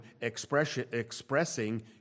expressing